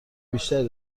بیشتری